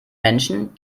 menschen